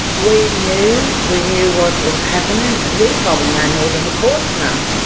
we knew, we knew what was happening and we probably know more than the courts know.